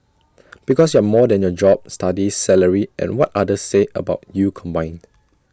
because you're more than your job studies salary and what others say about you combined